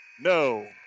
No